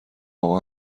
آقا